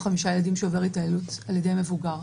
חמישה ילדים שעובר התעללות על ידי מבוגר.